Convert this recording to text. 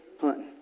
hunting